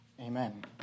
Amen